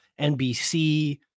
NBC